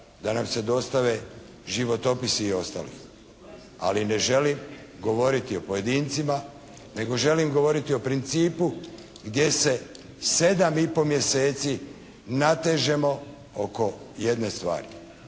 da nam se dostave životopisi i ostalih, ali ne želim govoriti o pojedincima nego želim govoriti o principu gdje se 7,5 mjeseci natežemo oko jedne stvari.